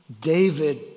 David